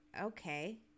Okay